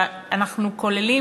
ואנחנו כוללים,